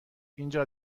اینجا